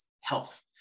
health